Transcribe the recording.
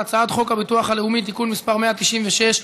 הצעת חוק הביטוח הלאומי (תיקון מס' 196),